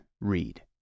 read